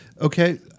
Okay